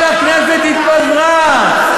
אבל הכנסת התפזרה,